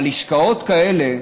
אבל עסקאות כאלה,